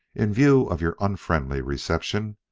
in view of your unfriendly reception,